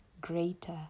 greater